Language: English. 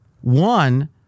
One